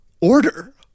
order